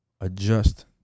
Adjust